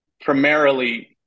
Primarily